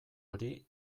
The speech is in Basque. hori